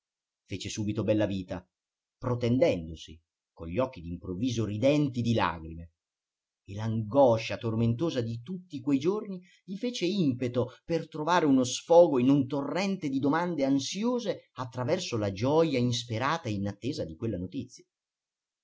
sì fece subito bellavita protendendosi con gli occhi d'improvviso ridenti di lagrime e l'angoscia tormentosa di tutti quei giorni gli fece impeto per trovare uno sfogo in un torrente di domande ansiose attraverso la gioja insperata e inattesa di quella notizia